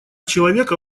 человека